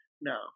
No